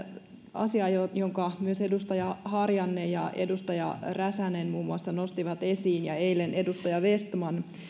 asiaa jonka muun muassa myös edustaja harjanne ja edustaja räsänen nostivat esiin ja eilen edustaja vestman